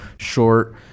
short